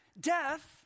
Death